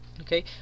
okay